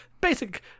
basic